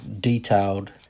detailed